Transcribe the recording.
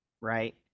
Right